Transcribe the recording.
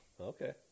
okay